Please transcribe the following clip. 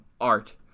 art